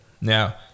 Now